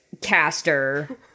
caster